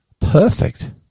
perfect